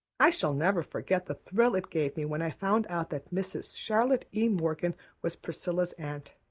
i shall never forget the thrill it gave me when i found out that mrs. charlotte e. morgan was priscilla's aunt.